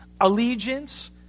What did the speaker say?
allegiance